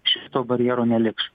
šito barjero neliks